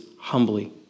humbly